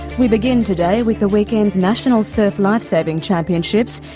we begin today with the weekend's national surf lifesaving championships,